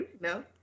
No